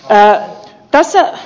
päähän ja sää